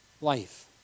life